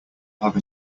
have